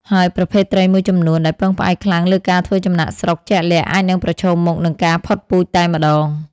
ហើយប្រភេទត្រីមួយចំនួនដែលពឹងផ្អែកខ្លាំងលើការធ្វើចំណាកស្រុកជាក់លាក់ អាចនឹងប្រឈមមុខនឹងការផុតពូជតែម្ដង។